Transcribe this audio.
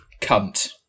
Cunt